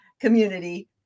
Community